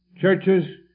churches